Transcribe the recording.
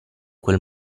quel